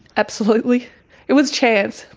absolutely it was chance,